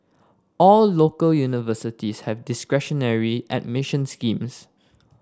all local universities have discretionary admission schemes